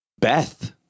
beth